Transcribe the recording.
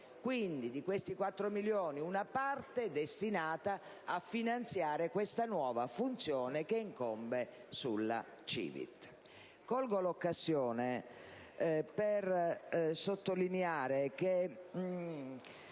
Quindi, dei 4 milioni di euro una parte è destinata a finanziare la nuova funzione che incombe sulla CiVIT. Colgo l'occasione per sottolineare che